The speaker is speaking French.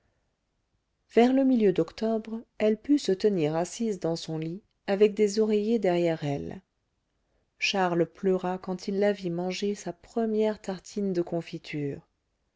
vers le milieu d'octobre elle put se tenir assise dans son lit avec des oreillers derrière elle charles pleura quand il la vit manger sa première tartine de confitures